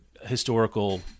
historical